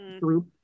group